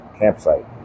campsite